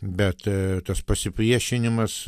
bet tas pasipriešinimas